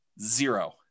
zero